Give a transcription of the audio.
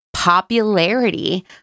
popularity